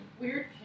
Weird